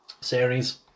series